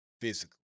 physically